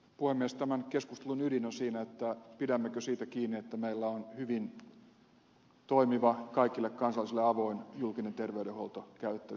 tämän keskustelun ydin on siinä pidämmekö siitä kiinni että meillä on hyvin toimiva kaikille kansalaisille avoin julkinen terveydenhuolto käytettävissä vai ei